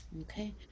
Okay